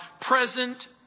present